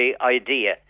idea